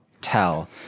tell